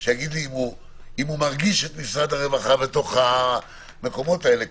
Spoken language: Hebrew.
אם הוא מרגיש את משרד הרווחה במקומות האלה.